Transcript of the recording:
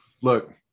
Look